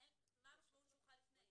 מה המשמעות שהוא חל לפני?